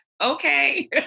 okay